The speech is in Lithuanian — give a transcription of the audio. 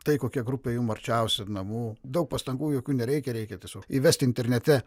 tai kokia grupė jum arčiausiai namų daug pastangų jokių nereikia reikia tiesiog įvesti internete